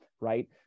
right